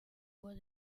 voie